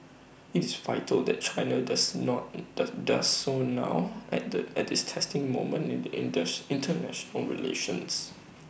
IT is vital that China does not does does so now at the at this testing moment in the in does International relations